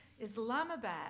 Islamabad